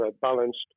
balanced